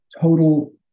total